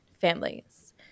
families